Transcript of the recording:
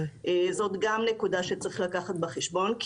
זאת גם נקודה שצריך לקחת בחשבון,